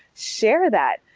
share that.